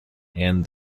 and